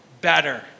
better